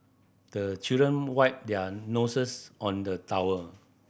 the children wipe their noses on the towel